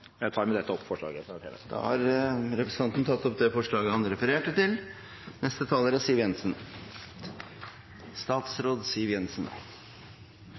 Jeg tar med dette opp forslaget fra Miljøpartiet De Grønne. Da har representanten Rasmus Hansson tatt opp det forslaget han refererte til.